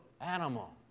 animal